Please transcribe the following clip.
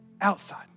outside